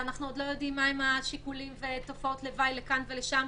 ואנחנו עוד לא יודעים מה השיקולים ותופעות הלוואי לכאן ולשם.